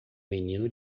menino